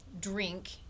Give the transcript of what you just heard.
drink